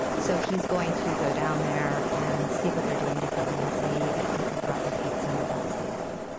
so he's going to go down there and see what they're doing differently and see if he could replicate some of that statewide